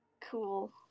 Cool